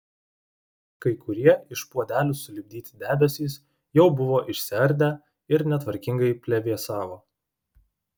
kai kurie iš puodelių sulipdyti debesys jau buvo išsiardę ir netvarkingai plevėsavo